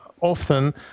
often